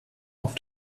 auf